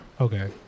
Okay